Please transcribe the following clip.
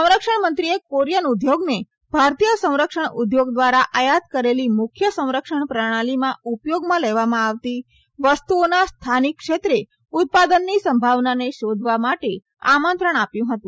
સંરક્ષણમંત્રીએ કોરીયન ઉદ્યોગને ભારતીય સંરક્ષણ ઉદ્યોગ દ્વારા આયાત કરેલી મુખ્ય સંરક્ષણ પ્રણાલીમાં ઉપયોગમાં લેવામાં આવતી વસ્તુઓના સ્થાનિક ક્ષેત્રે ઉત્પાદનની સંભાવનાને શોધવા માટે આમંત્રણ આપ્યું હતું